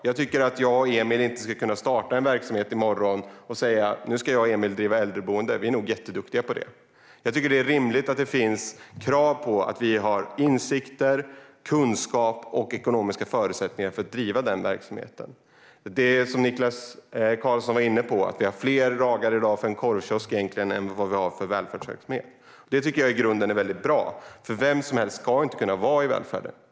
Jag tycker inte att jag och Emil ska kunna starta en verksamhet i morgon och säga att vi nu ska driva ett äldreboende. Vi är nog jätteduktiga på det. Jag tycker att det rimligt att det finns krav på insikter, kunskap och ekonomiska förutsättningar för att driva en verksamhet. Som Niklas Karlsson var inne på har vi i dag fler lagar för att driva en korvkiosk än vad man har för välfärdsverksamhet. Det är i grunden väldigt bra att vi har dessa lagar. Vem som helst ska inte kunna driva välfärdsverksamhet.